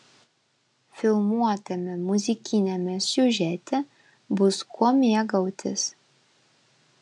filmuotame muzikiniame siužete bus kuo mėgautis